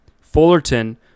fullerton